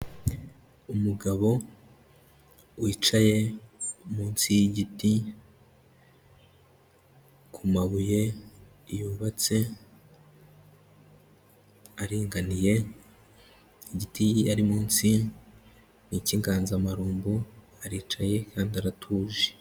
Umugabo wicaye munsi y'igiti ku mabuye yubatse aringaniye, igiti ari munsi ni ikiganzamarumbo, aricaye kandi aratuje.